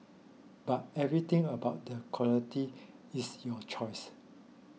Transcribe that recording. but everything about the quality is your choice